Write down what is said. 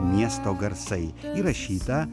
miesto garsai įrašytą